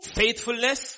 faithfulness